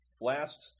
Last